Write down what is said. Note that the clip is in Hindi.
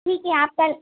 ठीक है आप कल